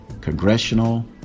congressional